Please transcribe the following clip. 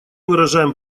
выражаем